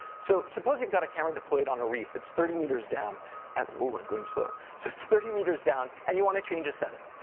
so, suppose you've got a camera deployed on a reef. it's thirty meters down at, whoa, i'm going slow. so it's thirty meters down, and you wanna change a setting.